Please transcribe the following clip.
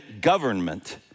government